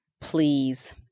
please